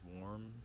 warm